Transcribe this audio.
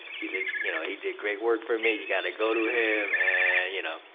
he did you know he did great work for me, you gotta go to him, and you know,